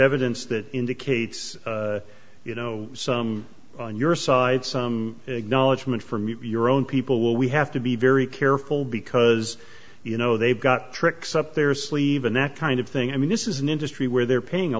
evidence that indicates you know some on your side some acknowledgement from your own people will we have to be very careful because you know they've got tricks up their sleeve and that kind of thing i mean this is an industry where they're paying a